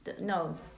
No